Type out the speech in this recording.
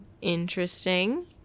Interesting